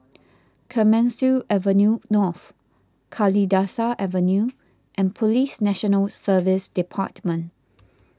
Clemenceau Avenue North Kalidasa Avenue and Police National Service Department